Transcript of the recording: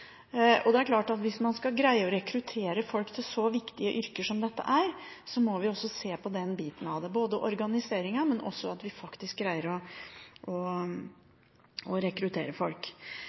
lønn. Det er klart at hvis man skal greie å rekruttere folk til så viktige yrker som dette er, må vi også se på den biten av det og på organiseringen. Jeg vil bare understreke de tingene som også